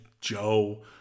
Joe